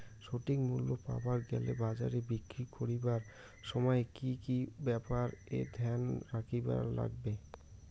সঠিক মূল্য পাবার গেলে বাজারে বিক্রি করিবার সময় কি কি ব্যাপার এ ধ্যান রাখিবার লাগবে?